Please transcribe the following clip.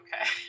okay